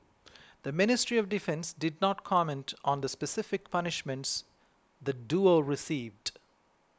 the Ministry of Defence did not comment on the specific punishments the duo received